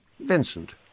Vincent